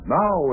now